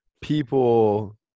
people